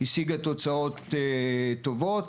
השיגה תוצאות טובות,